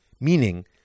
Meaning